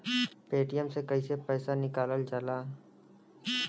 Paytm से कैसे पैसा निकलल जाला?